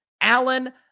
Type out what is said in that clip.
Allen